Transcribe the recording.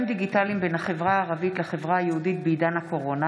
דיגיטליים בין החברה הערבית לחברה היהודית בעידן הקורונה.